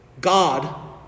God